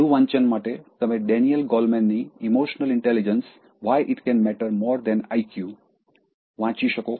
વધુ વાંચન માટે તમે ડેનિયલ ગોલમેનની emotional intelligence why it can matter more than IQ વાંચી શકો